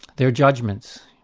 they're judgments.